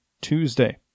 Tuesday